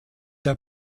der